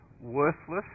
worthless